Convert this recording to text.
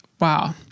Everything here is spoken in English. wow